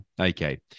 okay